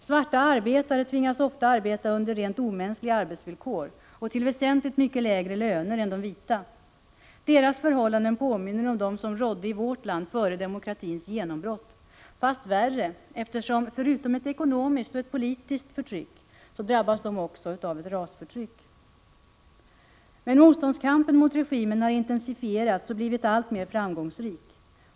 Svarta arbetare tvingas ofta arbeta under rent omänskliga arbetsvillkor och till väsentligt lägre löner än de vita. Deras förhållanden påminner om dem som rådde i vårt land före demokratins genombrott, fast värre, eftersom de förutom ett ekonomiskt och politiskt förtryck också drabbas av rasförtryck. Motståndskampen mot regimen har intensifierats och blivit alltmer framgångsrik.